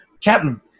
Captain